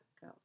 go